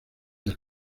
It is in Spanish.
del